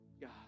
God